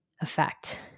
effect